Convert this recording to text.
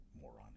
Moron